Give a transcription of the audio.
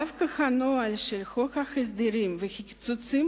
דווקא הנוהל של חוק ההסדרים וקיצוצים